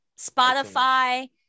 Spotify